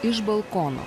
iš balkono